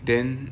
then